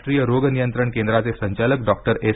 राष्ट्रीय रोग नियंत्रण केंद्राचे संचालक डॉक्टर एस